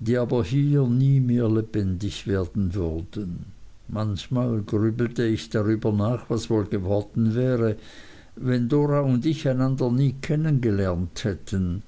die aber hier nie mehr lebendig werden würden manchmal grübelte ich darüber nach was wohl geworden wäre wenn dora und ich einander nie kennen gelernt hätten